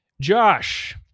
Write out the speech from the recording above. Josh